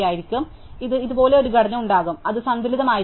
അതിനാൽ ഇതിന് ഇതുപോലുള്ള ഘടന ഉണ്ടാകും അത് സന്തുലിതമായിരിക്കും